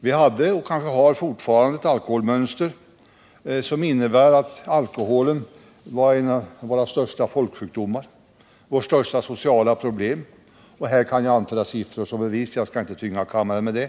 Vi hade — och har kanske fortfarande — ett alkoholmönster som innebar att alkoholen var en av våra största folksjukdomar, vårt största sociala problem, och här skulle jag kunna anföra många siffror som bevis men jag skall inte tynga kammaren med dem.